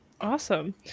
Awesome